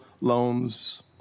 loans